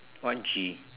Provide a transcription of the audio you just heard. one